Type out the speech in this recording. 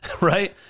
right